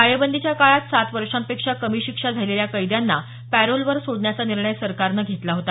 टाळेबंदीच्या काळात सात वर्षांपेक्षा कमी शिक्षा झालेल्या कैंद्यांना पॅरोलवर सोडण्याचा निर्णय सरकारनं घेतला होता